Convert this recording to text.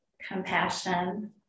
compassion